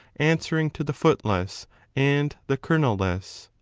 answer ing to the footless and the kernel less.